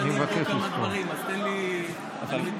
אני מבקש, אני מתנצל.